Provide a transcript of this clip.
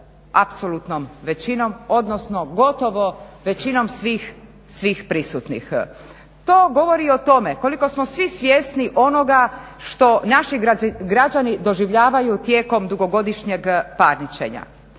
apsolutnom većinom, odnosno gotovo većinom svih prisutnih. To govori o tome koliko smo svi svjesni onoga što naši građani doživljavaju tijekom dugogodišnjeg parničenja.